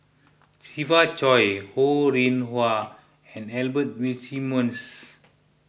Siva Choy Ho Rih Hwa and Albert Winsemius